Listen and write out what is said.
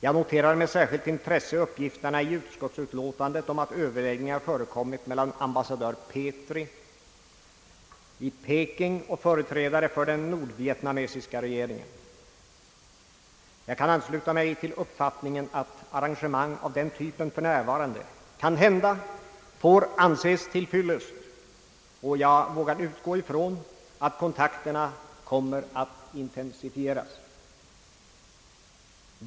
Jag noterar med särskilt intresse uppgifterna i utskottsutlåtandet om att överläggningar har förekommit mellan ambassadör Petri i Peking och före trädare för den nordvietnamesiska regeringen. Jag kan ansluta mig till uppfattningen att arrangemang av den typen för närvarande måhända får anses till fyllest, och jag vågar utgå från att kontakterna kommer att intensifieras.